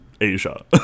Asia